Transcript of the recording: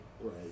right